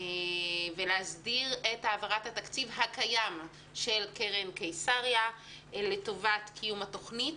ולהסדיר את העברת התקציב הקיים של קרן קיסריה לטובת קיום התוכנית,